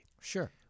Sure